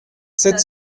sept